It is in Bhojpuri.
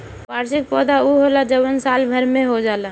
वार्षिक पौधा उ होला जवन साल भर में हो जाला